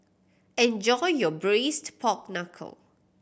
enjoy your Braised Pork Knuckle